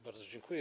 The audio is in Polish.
Bardzo dziękuję.